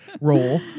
roll